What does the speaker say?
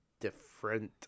different